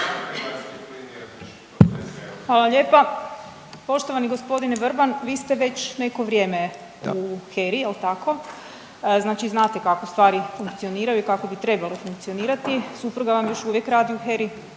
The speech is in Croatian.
Hvala lijepa. Poštovani gospodine Vrban, vi ste već neko vrijeme u HERA-i jel' tako? …/Upadica Vrban: Da./… Znači znate kako stvari funkcioniraju i kako bi trebale funkcionirati. Supruga vam još uvijek radi u HERA-i?